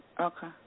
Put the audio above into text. Okay